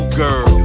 girl